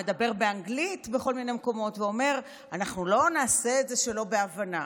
מדבר באנגלית בכל מיני מקומות ואומר: אנחנו לא נעשה את זה שלא בהבנה.